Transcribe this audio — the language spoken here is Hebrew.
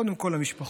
קודם כול למשפחות,